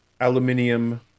Aluminium